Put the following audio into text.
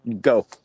Go